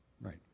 right